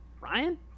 Ryan